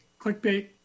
clickbait